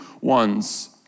ones